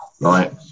right